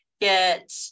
get